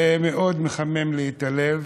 זה מאוד מחמם לי את הלב.